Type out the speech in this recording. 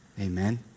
Amen